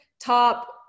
top